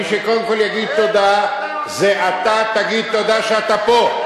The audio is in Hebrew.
מי שקודם כול יגיד תודה זה אתה תגיד תודה שאתה פה.